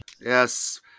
Yes